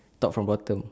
top from bottom